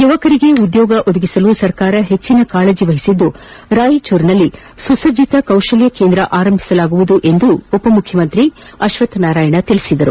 ಯುವಕರಿಗೆ ಉದ್ಯೋಗ ಒದಗಿಸಲು ಸರ್ಕಾರ ಹೆಚ್ಚಿನ ಕಾಳಜಿ ವಹಿಸಿದ್ದು ರಾಯಚೂರಿನಲ್ಲಿ ಸುಸಭ್ಜಿತ ಕೌಶಲ್ಯ ಕೇಂದ್ರ ಆರಂಭಿಸಲಾಗುವುದು ಎಂದೂ ಉಪಮುಖ್ಯಮಂತ್ರಿ ಅಶ್ವತ್ ನಾರಾಯಣ ತಿಳಿಸಿದರು